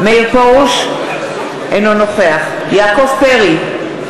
אינו נוכח יעקב פרי,